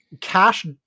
cash